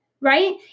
right